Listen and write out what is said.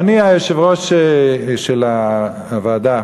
אדוני היושב-ראש של הוועדה,